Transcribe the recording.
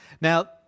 Now